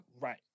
Right